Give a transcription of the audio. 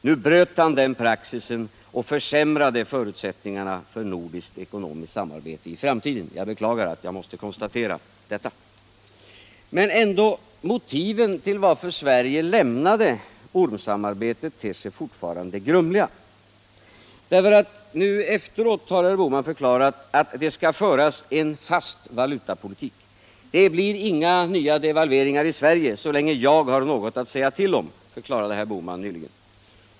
Nu bröt han den praxisen och försämrade förutsättningarna för nordiskt ekonomiskt samarbete i framtiden. Jag beklagar att jag måste konstatera detta. Men ändå, motiven till att Sverige lämnade ormsamarbetet ter sig fortfarande grumliga. Nu efteråt har herr Bohman förklarat att det skall föras en fast valutapolitik. Det blir inga nya devalveringar i Sverige så länge jag har något att säga till om, förklarade herr Bohman nyligen.